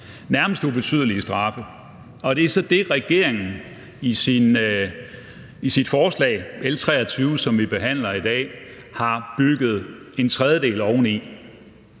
nærmest ubetydelige straffe. Og det er så det, regeringen i sit forslag, L 23, som vi behandler i dag, har bygget en tredjedel oven